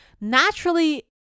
naturally